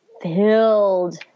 filled